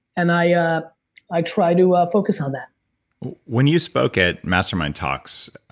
and i ah i try to ah focus on that when you spoke at mastermind talks,